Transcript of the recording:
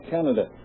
Canada